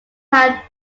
had